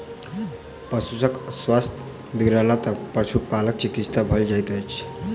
पशुक स्वास्थ्य बिगड़लापर पशुपालक चिंतित भ जाइत छथि